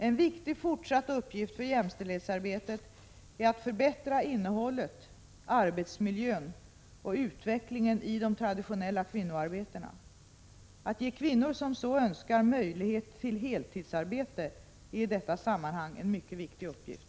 En viktig fortsatt uppgift för jämställdhetsarbetet är att förbättra innehållet, arbetsmiljön och utvecklingen i de traditionella kvinnoarbetena. Att ge kvinnor som så önskar möjlighet till heltidsarbete är i detta sammanhang en mycket viktig uppgift.